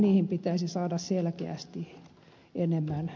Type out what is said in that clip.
niihin pitäisi saada selkeästi enemmän